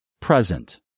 present